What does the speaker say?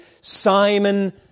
Simon